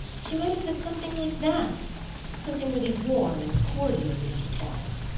she might have said something like that something really warm and cordial, you understand.